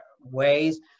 ways